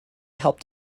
help